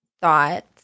thoughts